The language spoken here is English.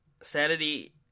Sanity